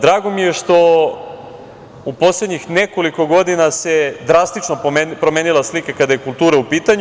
Drago mi je što u poslednjih nekoliko godina se drastično promenila slika kada je kultura u pitanju.